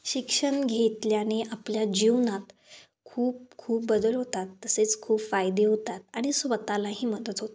शिक्षण घेतल्याने आपल्या जीवनात खूप खूप बदल होतात तसेच खूप फायदे होतात आणि स्वतःलाही मदत होतात